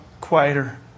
quieter